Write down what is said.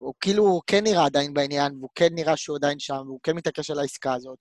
הוא כאילו כן נראה עדיין בעניין והוא כן נראה שהוא עדיין שם והוא כן מתעקש על העסקה הזאת.